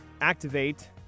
activate